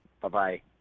Bye-bye